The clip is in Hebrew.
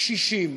קשישים.